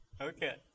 Okay